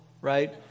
right